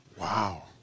Wow